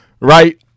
right